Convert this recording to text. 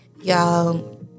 Y'all